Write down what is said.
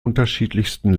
unterschiedlichsten